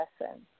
lesson